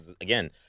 again